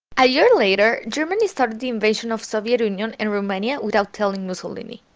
a year later germany started the invasion of soviet union and romania without telling mussolini.